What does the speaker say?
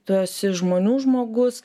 tu esi žmonių žmogus